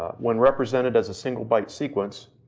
when represented as a single byte sequence,